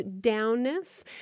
downness